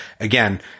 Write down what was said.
again